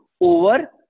over